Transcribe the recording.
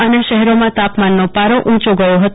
અન્ય શહેરોમાં તાપમાનનો પારો ઉંચો ગયો હતો